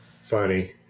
Funny